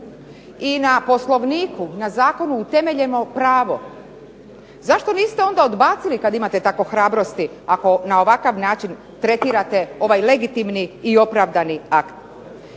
i na POslovniku na zakonu utemeljeno pravo. Zašto niste onda odbacili kada imate tako hrabrosti ako na ovakav način tretirate ovaj legitimni i opravdani akt?